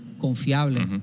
confiable